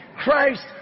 Christ